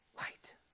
light